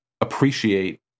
appreciate